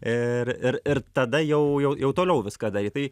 ir ir ir tada jau jau jau toliau viską daryt tai